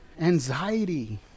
anxiety